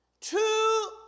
two